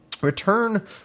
Return